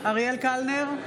אריאל קלנר,